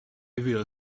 will